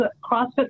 CrossFit